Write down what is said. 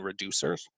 reducers